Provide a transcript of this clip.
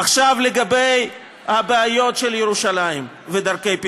לגבי הבעיות של ירושלים, ודרכי פתרונן.